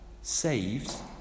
saves